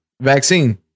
vaccine